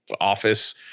office